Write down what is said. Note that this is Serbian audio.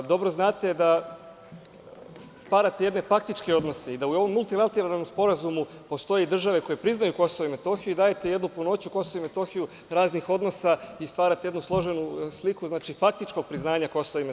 Dobro znate da stvarate jedne faktičke odnose i da u ovom multilateralnom sporazumu postoje države koje priznaju KiM i dajete jednu punoću KiM raznih odnosa i stvarate jednu složenu sliku, znači faktičko priznanje KiM.